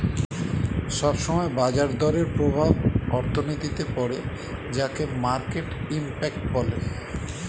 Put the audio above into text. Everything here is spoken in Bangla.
সব সময় বাজার দরের প্রভাব অর্থনীতিতে পড়ে যাকে মার্কেট ইমপ্যাক্ট বলে